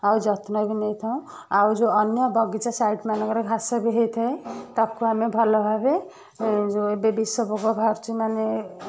ଆଉ ଯତ୍ନବି ନେଇଥାଉ ଆଉ ଯେଉଁ ଅନ୍ୟ ବଗିଚା ସାଇଟ ମାନଙ୍କରେ ଘାସବି ହେଇଥାଏ ତାକୁ ଆମେ ଭଲଭାବେ ଏବେ ବିଷପୋକ ବାହାରୁଛି ମାନେ